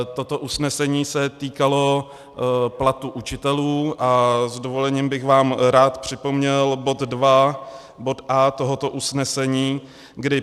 Toto usnesení se týkalo platů učitelů a s dovolením bych vám rád připomněl bod 2a) tohoto usnesení, kdy